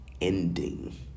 ending